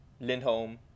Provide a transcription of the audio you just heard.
Lindholm